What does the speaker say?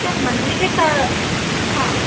sir ಮಲ್ಲಿಗೆ ಕಾ ಹಾಂ